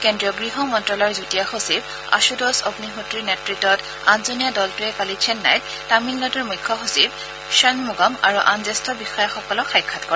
কেন্দ্ৰীয় গৃহ মন্ত্যালয়ৰ যুটীয়া সচিব আশুতোষ অগ্নিহোত্ৰীৰ নেতত্তত আঠজনীয়া দলটোৱে কালি চেন্নাইত তামিলনাডুৰ মুখ্য সচিব ষনমুগম আৰু আন জ্যেষ্ঠ বিষয়াসকলক সাক্ষাৎ কৰে